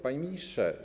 Panie Ministrze!